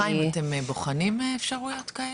חיים, אתם בוחנים אפשרויות כאלה?